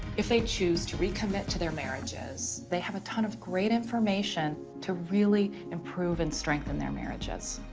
if they choose to recommit to their marriages, they have a ton of great information to really improve and strengthen their marriages.